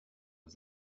was